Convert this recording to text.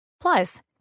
Plus